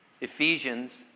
Ephesians